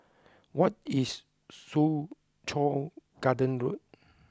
what is Soo Chow Garden Road